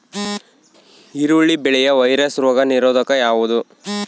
ಈರುಳ್ಳಿ ಬೆಳೆಯ ವೈರಸ್ ರೋಗ ನಿರೋಧಕ ಯಾವುದು?